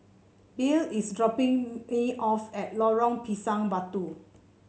Billye is dropping A off at Lorong Pisang Batu